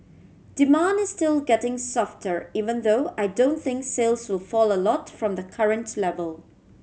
demand is still getting softer even though I don't think sales will fall a lot from the current level